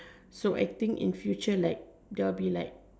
so I think in future like there will be like